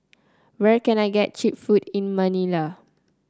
where can I get cheap food in Manila